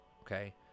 okay